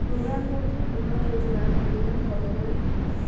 প্রধানমন্ত্রী বিমা যোজনা প্রিমিয়াম কত করে?